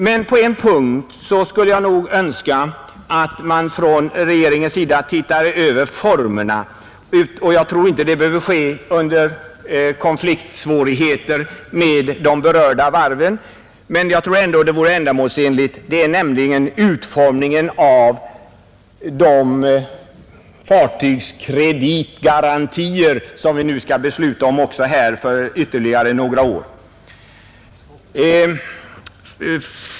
Men på en punkt skulle jag önska att man från regeringens sida tittade över formerna, Jag tror inte att det behöver ske under konfliktsvårigheter med de berörda varven, Det gäller utformningen av fartygskreditgarantier som vi också skall besluta om här för ytterligare några år.